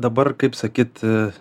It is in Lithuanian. dabar kaip sakyt